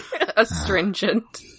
astringent